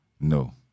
No